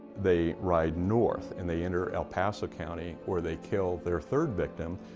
they ride north and they enter el paso county where they kill their third victim,